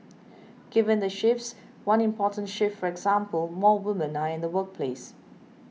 given the shifts one important shift for example more women are in the workforce